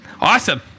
Awesome